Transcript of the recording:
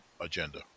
agenda